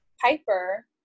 Piper